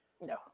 no